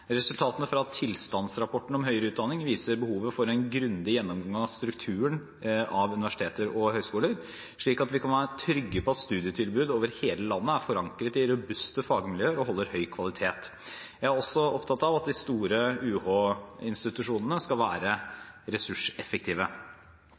Resultatene fra tilstandsrapporten om høyere utdanning viser behovet for en grundig gjennomgang av strukturen av universiteter og høyskoler, slik at vi kan være trygge på at studietilbud over hele landet er forankret i robuste fagmiljøer og holder høy kvalitet. Jeg er også opptatt av at de store UH-institusjonene skal være